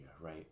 right